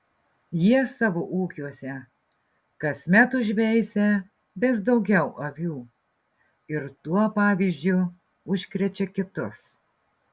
jie savo ūkiuose kasmet užveisia vis daugiau avių ir tuo pavyzdžiu užkrečia kitus